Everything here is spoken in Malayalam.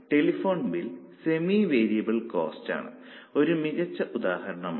അതിനാൽ ടെലിഫോൺ ബില്ല് സെമി വേരിയബിൾ കോസ്റ്റിന് ഒരു മികച്ച ഉദാഹരണമാണ്